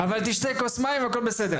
-- אבל תשתה כוס מים, הכול בסדר.